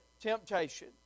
temptation